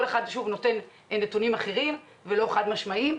אחד נותן נתונים אחרים ולא חד משמעיים.